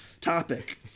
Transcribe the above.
topic